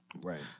Right